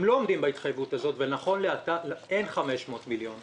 הם לא עומדים בהתחייבות הזאת ונכון לעת הזאת אין 500 מיליון שקל.